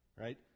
right